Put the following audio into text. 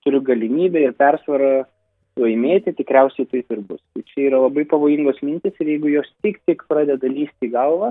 turiu galimybę ir persvarą laimėti tikriausiai taip ir bus tai čia yra labai pavojingos mintys ir jeigu jos tik tik pradeda lįsti į galvą